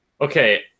Okay